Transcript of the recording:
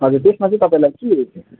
हजुर त्यसमा चाहिँ तपाईलाई के